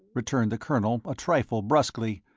returned the colonel a trifle brusquely,